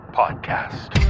podcast